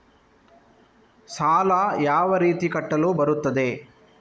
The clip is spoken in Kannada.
ಸಾಲ ಯಾವ ರೀತಿ ಕಟ್ಟಲು ಬರುತ್ತದೆ?